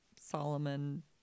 solomon